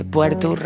Puerto